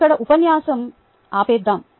ఇక్కడ ఉపన్యాసం ఆపేద్దాం